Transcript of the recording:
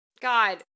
God